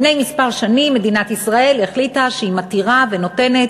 לפני מספר שנים מדינת ישראל החליטה שהיא מתירה ונותנת